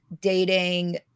dating